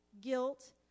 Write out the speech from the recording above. guilt